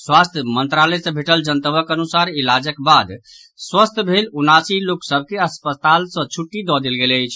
स्वास्थ्य मंत्रालय सँ भेटल जनतबक अनुसार इलाजक बाद स्वस्थ्य भेल उनासी लोक सभ के अस्पताल सँ छुट्टी दऽ देल गेल अछि